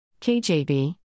KJB